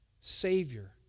Savior